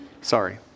Sorry